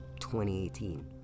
2018